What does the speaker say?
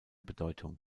bedeutung